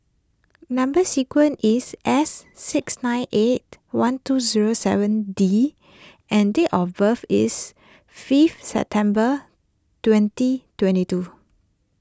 Number Sequence is S six nine eight one two zero seven D and date of birth is fifth September twenty twenty two